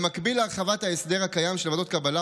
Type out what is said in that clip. במקביל להרחבת ההסדר הקיים של ועדות הקבלה,